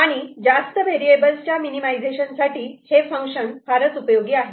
आणि जास्त व्हेरिएबलसच्या मिनिमिझेशन साठी हे फंक्शन फारच उपयोगी आहे